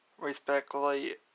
respectfully